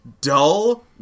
dull